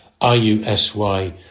IUSY